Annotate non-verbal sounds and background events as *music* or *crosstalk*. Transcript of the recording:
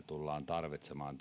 *unintelligible* tullaan tarvitsemaan *unintelligible*